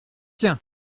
tiens